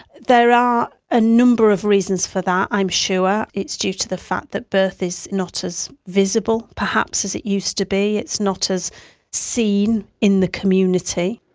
there are a number of reasons for that. i'm sure it's due to the fact that birth is not as visible perhaps as it used to be, it's not as seen in the community.